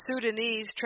Sudanese